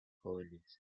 jóvenes